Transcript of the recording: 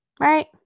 Right